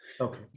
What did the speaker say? Okay